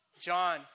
John